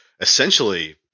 Essentially